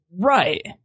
Right